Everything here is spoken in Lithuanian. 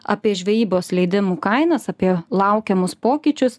apie žvejybos leidimų kainas apie laukiamus pokyčius